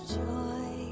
joy